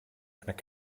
and